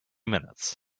minutes